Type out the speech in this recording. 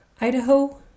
Idaho